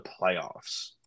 playoffs